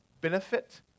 benefit